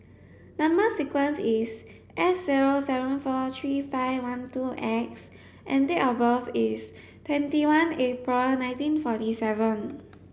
number sequence is S zero seven four three five one two X and date of birth is twenty one April nineteen forty seven